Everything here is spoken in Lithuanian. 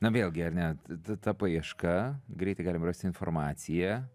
na vėlgi ar ne ta ta paieška greitai galima rasti informaciją